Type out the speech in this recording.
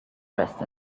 dressed